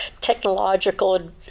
technological